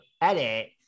edit